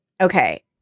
okay